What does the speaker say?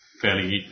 fairly